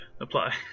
apply